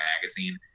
magazine